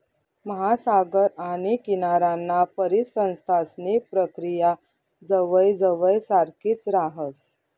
महासागर आणि किनाराना परिसंस्थांसनी प्रक्रिया जवयजवय सारखीच राहस